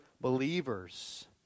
believers